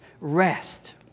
rest